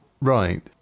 Right